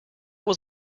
was